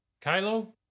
Kylo